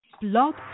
Blog